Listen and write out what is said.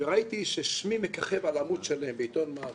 וראיתי ששמי מככב על עמוד שלם בעיתון מעריב.